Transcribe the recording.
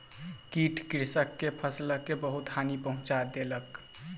कीट कृषक के फसिलक बहुत हानि पहुँचा देलक